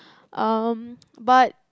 um but